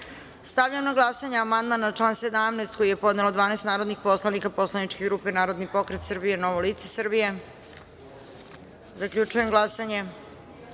na glasanje amandman na član 1. koji je podnelo 12 narodnih poslanika poslaničke grupe Narodni pokret Srbije – Novo lice Srbije. Zaključujem glasanje